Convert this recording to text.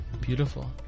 Beautiful